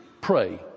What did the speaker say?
Pray